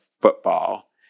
football